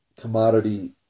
commodity